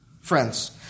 friends